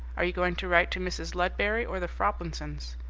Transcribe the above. are you going to write to mrs. ludberry or the froplinsons?